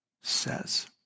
says